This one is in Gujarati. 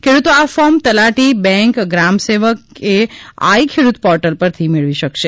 ખેડૂતો આ ફોર્મ તલાટી બેંક ગ્રામસેવક કે આઈ ખેડૂત પોર્ટલ પરથી મેળવી શકશે